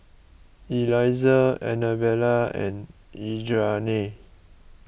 Elizah Annabella and Idamae